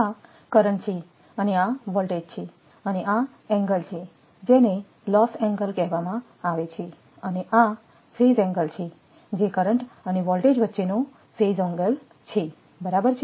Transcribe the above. આ કરંટ છે અને આ વોલ્ટેજ છે અને આ એંગલ છે જેને લોસ એંગલ કહેવામાં આવે છે અને આ ફેઝ એંગલ છે જે કરંટ અને વોલ્ટેજ વચ્ચેનો ફેઝ એંગલ છે બરાબર છે